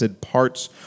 parts